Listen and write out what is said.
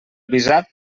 visat